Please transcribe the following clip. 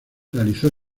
realizó